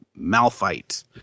Malphite